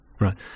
Right